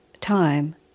time